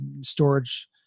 storage